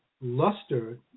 luster